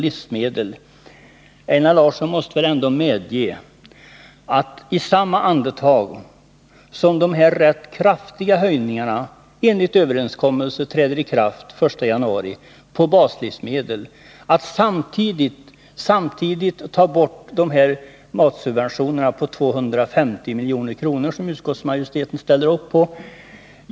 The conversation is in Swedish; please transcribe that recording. Einar Larsson måste väl ändå medge att det är så, att samtidigt som de rätt kraftiga höjningarna av priserna på baslivsmedel enligt överenskommelse träder i kraft den 1 januari skär man ned matsubventionerna med 250 miljoner, vilket utskottsmajoriteten ställer sig bakom.